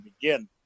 begin